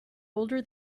older